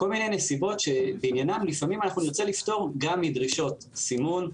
כל מיני נסיבות שבעניינם לפעמים אנחנו נרצה לפטור גם מדרישות סימון.